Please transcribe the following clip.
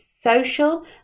social